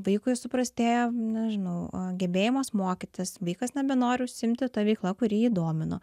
vaikui suprastėja nežinau gebėjimas mokytis vaikas nebenori užsiimti ta veikla kuri jį domino